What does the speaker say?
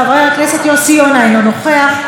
חבר הכנסת יוסי יונה אינו נוכח,